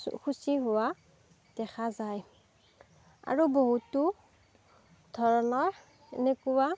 শুচি হোৱা দেখা যায় আৰু বহুতো ধৰণৰ এনেকুৱা